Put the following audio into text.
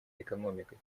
экономикой